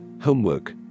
Homework